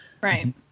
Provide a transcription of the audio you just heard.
Right